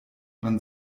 man